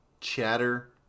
chatter